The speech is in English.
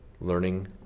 learning